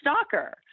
stalker